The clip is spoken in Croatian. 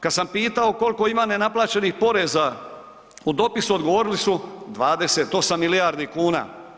Kada sam pitao koliko ima nenaplaćenih poreza u dopisu, odgovorili su 28 milijardi kuna.